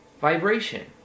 vibration